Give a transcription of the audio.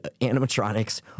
animatronics